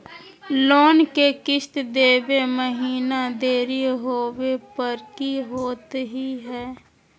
Loan के किस्त देवे महिना देरी होवे पर की होतही हे?